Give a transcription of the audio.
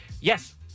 Yes